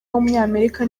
w’umunyamerika